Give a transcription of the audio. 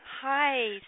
Hi